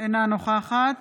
אינה נוכחת